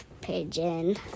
pigeon